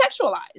sexualized